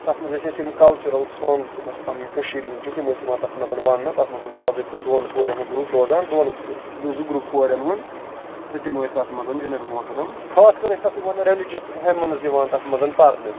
تَتھ منٛز ٲسۍ أسۍ یِم کَلچرل سونگٔس یِم اَسہِ پَنٕنہِ کٔشیٖر ہِندۍ چھِ تِم ٲسۍ یِوان تَتھ منٛز وَنٕنہٕ تَتھ منٛز اوس باضٲبطہٕ دوٚن کورین ہُند گرُپ روزان دوٚن زٕ گرُپ کورین ہُن تہٕ تِم ٲسۍ تَتھ منٛز جِناب محترم خاص کر ٲسۍ تَتھ یِوان ریلِجس ہیمٔنز یِوان تَتھ منٛز پَرنہٕ